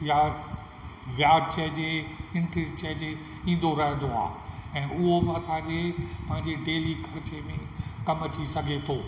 या या चइजे इंटरस्ट चइजे ईंदो रहंदो आहे ऐं उहो बि असांजे पंहिंजे डेली ख़र्चे में कमु अची सघे थो